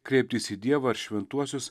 kreiptis į dievą ar šventuosius